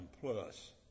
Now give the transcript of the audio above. plus